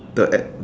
the heck